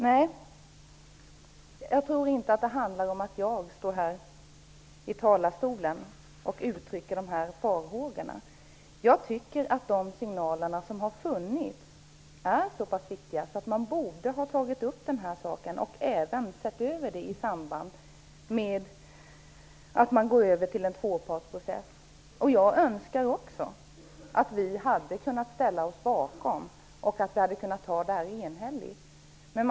Nej, jag tror inte att det handlar om att jag står här i talarstolen och uttrycker farhågor. Jag tycker att de signaler som har funnits är så pass viktiga att man borde ha tagit upp frågan och även sett över den i samband med övergången till en tvåpartsprocess. Jag önskar också att vi hade kunnat ställa oss bakom förslaget och fatta ett enhälligt beslut.